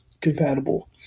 compatible